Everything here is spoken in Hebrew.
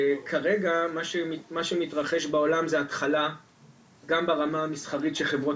כרגע מה שמתרחש בעולם זאת התחלה גם ברמה המסחרית שחברות